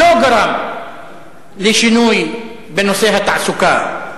שלא גרם לשינוי בנושא התעסוקה.